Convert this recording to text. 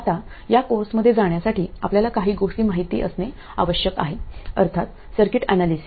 आता या कोर्समध्ये जाण्यासाठी आपल्याला काही गोष्टी माहित असणे आवश्यक आहे अर्थात सर्किट एनालिसिस